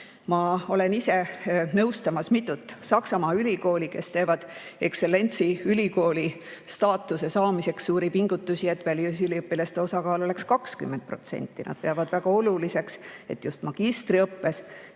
Ma olen ise nõustamas mitut Saksamaa ülikooli, kes teevad ekstsellentsi ülikooli staatuse saamiseks suuri pingutusi, et välisüliõpilaste osakaal oleks 20%. Nad peavad väga oluliseks, et magistriõppesse